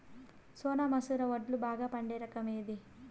సోనా మసూర వడ్లు బాగా పండే రకం ఏది